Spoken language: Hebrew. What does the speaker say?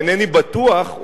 אינני בטוח,